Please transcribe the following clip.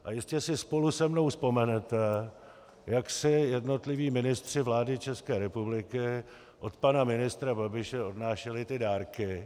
A jistě si spolu se mnou vzpomenete, jak si jednotliví ministři vlády České republiky od pana ministra Babiše odnášeli ty dárky.